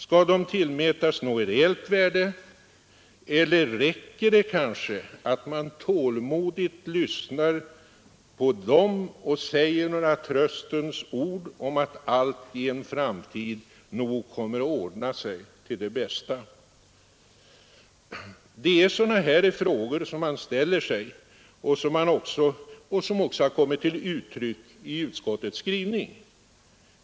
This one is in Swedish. Skall de tillmätas något reellt värde, eller räcker det kanske att man tålmodigt lyssnar på dem och säger några tröstens ord om att allt i en framtid nog kommer att ordna sig till det bästa? Det är sådana här frågor som man ställer sig och som också har kommit till uttryck i utskottets skrivning.